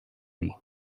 dir